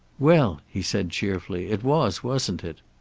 well? he said cheerfully. it was, wasn't it?